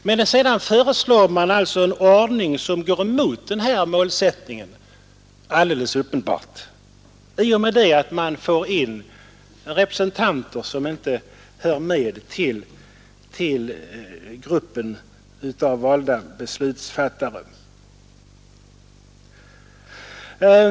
Men sedan föreslår man en åtgärd som alldeles uppenbart går emot den här målsättningen i och med att man får in representanter som inte hör till gruppen av valda beslutsfattare.